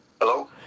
Hello